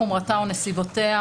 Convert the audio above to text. חומרתה או נסיבותיה,